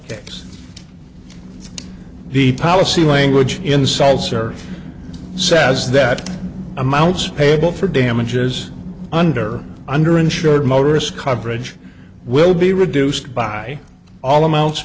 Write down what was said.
that the policy language insults or says that amounts payable for damages under under insured motorists coverage will be reduced by all amounts